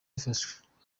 ifashwe